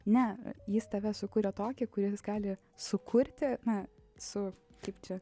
ne jis tave sukurė tokį kuris gali sukurti na su kaip čia